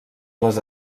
les